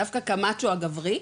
דווקא כמאצ'ו הגברי,